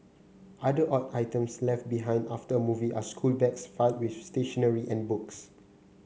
other odd items left behind after a movie are schoolbags filled with stationery and books